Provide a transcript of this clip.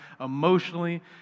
emotionally